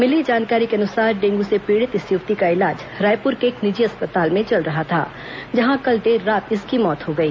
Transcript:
मिली जानकारी के अनुसार डेंगू से पीड़ित इस युवती का इलाज रायपुर के एक निजी अस्पताल में चल रहा था जहां कल देर रात इसकी मौत हो गई